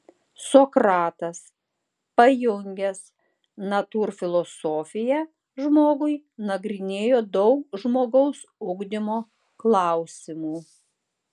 sokratas pajungęs natūrfilosofiją žmogui nagrinėjo daug žmogaus ugdymo klausimų